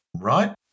right